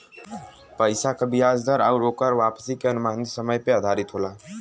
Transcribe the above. पइसा क बियाज दर आउर ओकर वापसी के अनुमानित समय पे आधारित होला